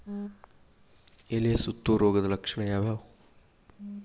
ಎಲೆ ಸುತ್ತು ರೋಗದ ಲಕ್ಷಣ ಯಾವ್ಯಾವ್?